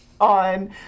on